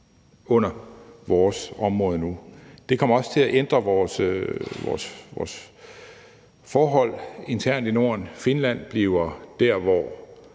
under vores område nu. Det kommer også til at ændre vores forhold internt i Norden. Finland bliver der, hvor